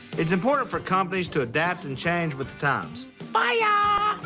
it's important for companies to adapt and change with the times. fire!